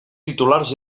titulars